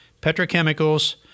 petrochemicals